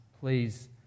please